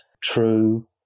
true